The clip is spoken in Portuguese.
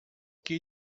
que